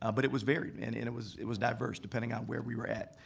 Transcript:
ah but it was varied and and it was it was diverse, depending on where we were at.